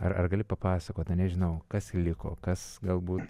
ar ar gali papasakot nežinau kas liko kas galbūt